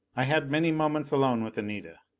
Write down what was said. i had many moments alone with anita.